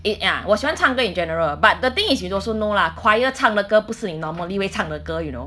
it ah 我喜欢唱歌 in general but the thing is you also know lah choir 唱的歌不是你 normally 会唱的歌 you know